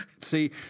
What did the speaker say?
see